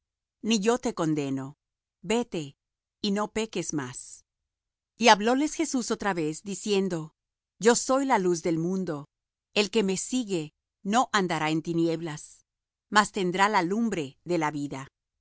ni yo te condeno vete y no peques más y hablóles jesús otra vez diciendo yo soy la luz del mundo el que me sigue no andará en tinieblas mas tendrá la lumbre de la vida